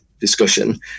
discussion